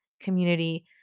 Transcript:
community